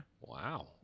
Wow